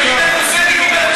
תגיד או לא.